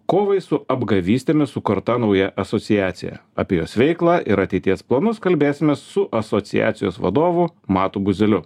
kovai su apgavystėmis sukurta nauja asociacija apie jos veiklą ir ateities planus kalbėsimės su asociacijos vadovu matu guzeliu